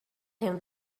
him